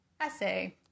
essay